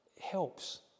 helps